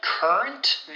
Current